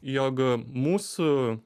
jog mūsų